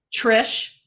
Trish